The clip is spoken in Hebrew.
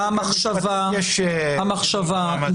המחשבה,